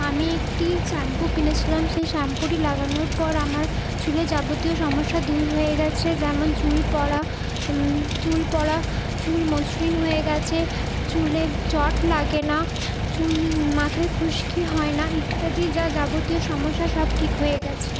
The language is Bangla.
আমি একটি শ্যাম্পু কিনেছিলাম সেই শ্যাম্পুটি লাগানোর পর আমার চুলের যাবতীয় সমস্যা দূর হয়ে গেছে যেমন চুলপড়া চুলপড়া চুল মসৃণ হয়ে গেছে চুলে জট লাগে না চুল মাথায় খুশকি হয় না ইত্যাদি যা যাবতীয় সমস্যা সব ঠিক হয়ে গেছে